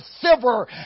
silver